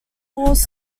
force